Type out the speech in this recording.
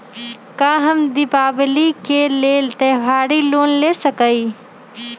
का हम दीपावली के लेल त्योहारी लोन ले सकई?